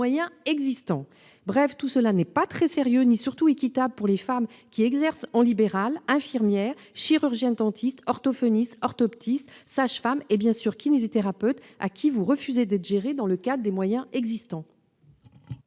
existants »... Bref, tout cela n'est ni sérieux ni surtout équitable pour les femmes exerçant en libéral- infirmières, chirurgiennes-dentistes, orthophonistes, orthoptistes, sages-femmes et, bien évidemment, kinésithérapeutes -à qui vous refusez d'être gérées « dans le cadre des moyens existants